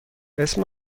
اسم